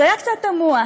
זה היה קצת תמוה: